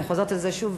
אני חוזרת על זה שוב,